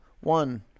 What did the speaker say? One